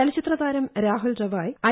ചലച്ചിത്ര താരം രാഹുൽ റവായ് ഐ